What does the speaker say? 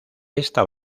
esta